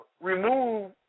remove